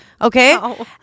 Okay